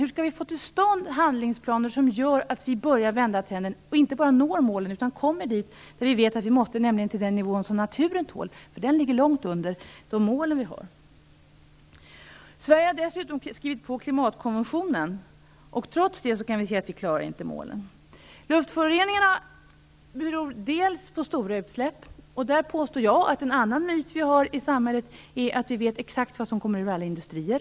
Hur skall vi få till stånd handlingsplaner som gör att trenden börjar vända och att vi inte bara når målet utan kommer dit vi vet att vi måste, nämligen till den nivå som naturen tål? Den ligger långt under de mål vi har. Sverige har dessutom skrivit på Klimatkonventionen. Trots det kan vi se att vi inte klarar målen. Luftföroreningarna beror delvis på stora utsläpp. Jag påstår att en annan myt i samhället är att vi vet exakt vad som kommer ur alla industrier.